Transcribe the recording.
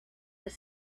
have